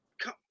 Come